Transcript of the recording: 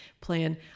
plan